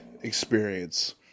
experience